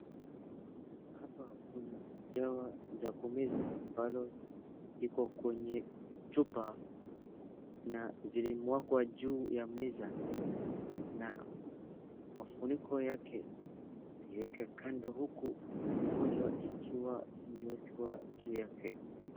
Hapa kuna dawa za kumeza ambalo iko kwenye chupa na zilimwagwa juu ya meza na mafuniko yake iweke kando huku moja ikiwa imewekwa juu yake.